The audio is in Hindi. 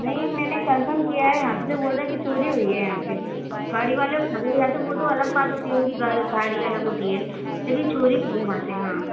नहीं मैंने कंफ़र्म किया है यहाँ पर भी बोल रहे कि चोरी हुई है यहाँ पर गाड़ी वाले उठा के ले जाते वह तो अलग बात होती उनकी गाड़ी अलग होती है लेकिन चोरी हुई है यहाँ से हाँ